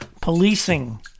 Policing